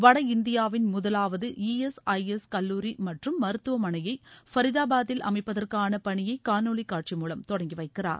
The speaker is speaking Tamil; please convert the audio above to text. வடஇந்தியாவின் முதலாவது இ எஸ் ஐ எஸ் மருத்துவக் கல்லூரி மற்றும் மருத்துவமனையை ஃபரிதாபாதில் அமைப்பதற்கான பணியை காணொலி காட்சி மூலம் தொடங்கி வைக்கிறார்